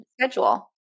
schedule